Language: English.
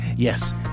Yes